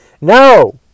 No